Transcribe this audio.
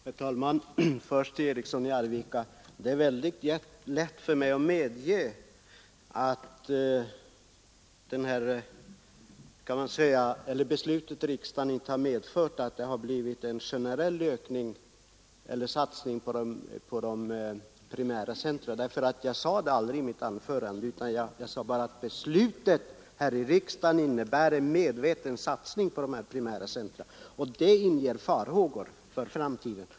Herr talman! Först till herr Eriksson i Arvika! Det är mycket lätt för mig att medge att beslutet i riksdagen inte har medfört en generell satsning på endast primära centra. Jag sade aldrig det i mitt anförande, utan jag sade bara att beslutet här i riksdagen innebär en medveten satsning på primära centra, och det inger farhågor för framtiden.